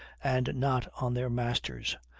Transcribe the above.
and not on their masters.